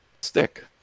stick